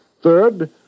Third